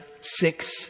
six